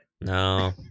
No